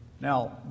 Now